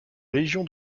légion